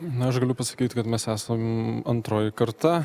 na aš galiu pasakyt kad mes esam antroji karta